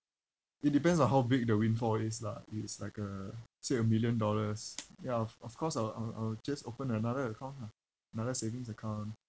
it depends on how big the windfall is lah if it's like a say a million dollars ya of of course I will I'll I'll just open another account lah another savings account